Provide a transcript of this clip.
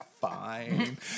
fine